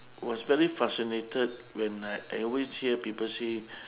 was very fascinated when I always hear people say